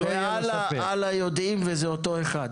ואללה יודעים, וזה אותו אחד.